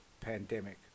pandemic